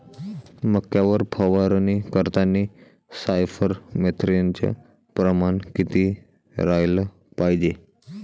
मक्यावर फवारनी करतांनी सायफर मेथ्रीनचं प्रमान किती रायलं पायजे?